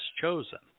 chosen